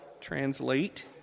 translate